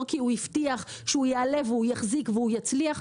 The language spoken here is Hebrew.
כי הוא הבטיח שהוא יעלה ,יתחזק ויצליח,